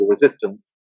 resistance